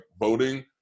voting